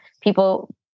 people